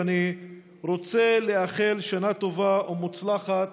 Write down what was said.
ואני רוצה לאחל שנה טובה ומוצלחת